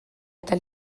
eta